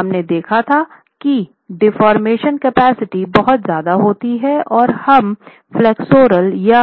हमने देखा था कि डेफोर्मेशन कैपेसिटी बहुत ज़यादा होतीहै जब हमफ्लेक्सचर या